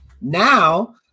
Now